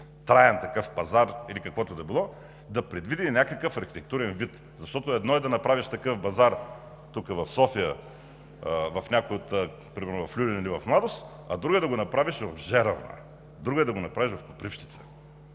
траен такъв пазар, или каквото и да било, да се предвиди и някакъв архитектурен вид. Защото едно е да направиш такъв базар тук, в София, примерно в „Люлин“ или в „Младост“, а друго е да го направиш в Жеравна, друго е да го направиш в Копривщица.